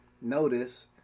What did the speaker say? Notice